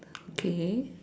okay